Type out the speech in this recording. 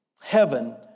heaven